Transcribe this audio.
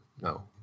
no